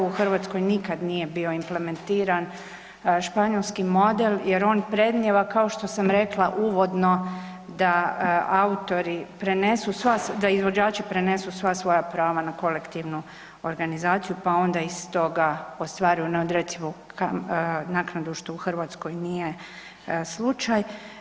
U Hrvatskoj nikad nije bio implementiran španjolski model jer on predmnijeva kao što sam rekla uvodno da autori prenesu, da izvođači prenesu sva svoja prava na kolektivnu organizaciju, pa onda i stoga ostvaruju neodrecivu naknadu, što u Hrvatskoj nije slučaj.